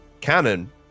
canon